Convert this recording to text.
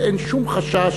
ואין שום חשש,